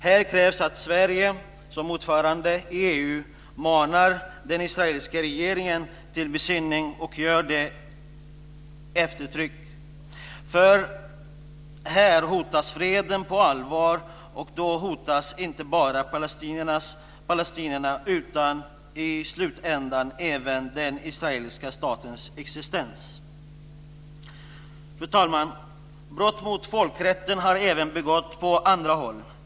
Här krävs att Sverige som ordförandeland i EU manar den israeliska regeringen till besinning - och gör det eftertryckligt. För här hotas freden på allvar, och då hotas inte bara palestinierna utan i slutändan även den israeliska statens existens. Fru talman! Brott mot folkrätten har även begåtts på andra håll.